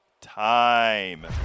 time